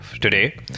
today